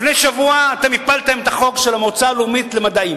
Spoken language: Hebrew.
לפני שבוע אתם הפלתם את החוק של המועצה הלאומית למדעים,